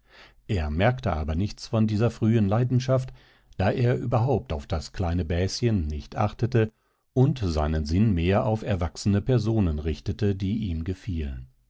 er merkte aber nichts von dieser frühen leidenschaft da er überhaupt auf das kleine bäschen nicht achtete und seinen sinn mehr auf erwachsene personen richtete die ihm gefielen